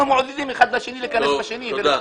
אנחנו מעודדים אחד את השני להיכנס אחד בשני ולהתנכל.